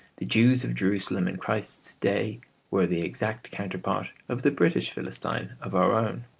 the jews of jerusalem in christ's day were the exact counterpart of the british philistine of our own.